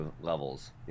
levels